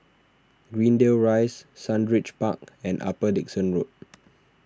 Greendale Rise Sundridge Park and Upper Dickson Road